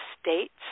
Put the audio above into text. states